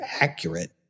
accurate